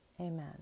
amen